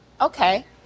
okay